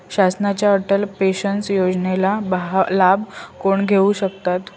शासनाच्या अटल पेन्शन योजनेचा लाभ कोण घेऊ शकतात?